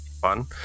fun